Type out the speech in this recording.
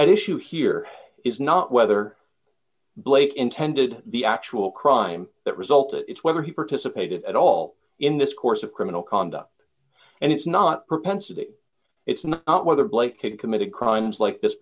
at issue here is not whether blake intended the actual crime that result is whether he participated at all in this course of criminal conduct and it's not propensity it's not whether blake could commit crimes like this